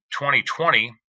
2020